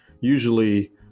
Usually